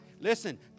Listen